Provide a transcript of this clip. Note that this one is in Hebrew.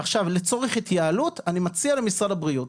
עכשיו לצורך התייעלות אני מציע למשרד הבריאות